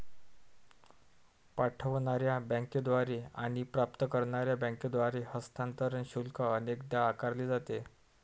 पाठवणार्या बँकेद्वारे आणि प्राप्त करणार्या बँकेद्वारे हस्तांतरण शुल्क अनेकदा आकारले जाते